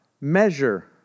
Measure